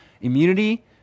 immunity